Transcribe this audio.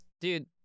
Dude